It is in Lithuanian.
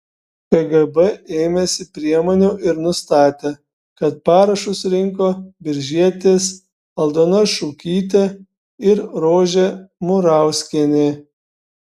kgb ėmėsi priemonių ir nustatė kad parašus rinko biržietės aldona šukytė ir rožė murauskienė